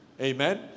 Amen